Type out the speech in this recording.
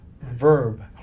Verb